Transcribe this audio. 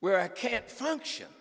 where i can't function